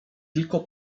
tylko